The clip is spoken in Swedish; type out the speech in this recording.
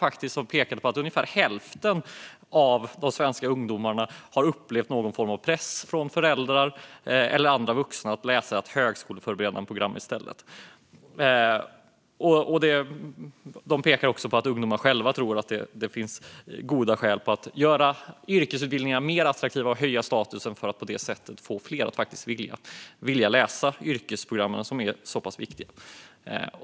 Den pekade på att ungefär hälften av svenska ungdomar har upplevt någon form av press från föräldrar eller andra vuxna att läsa ett högskoleförberedande program. De pekar också på att ungdomar själva tror att det finns goda skäl att göra yrkesutbildningarna mer attraktiva och höja statusen för att få fler att vilja läsa på dessa program, som ju är så viktiga.